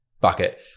bucket